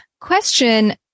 question